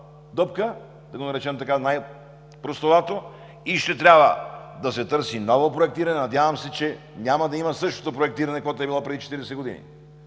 да го наречем най-простовато, и ще трябва да се търси ново проектиране, надявам се, че няма да има същото проектиране, каквото е било преди 40 години,